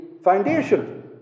foundation